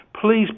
please